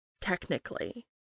technically